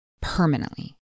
permanently